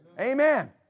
Amen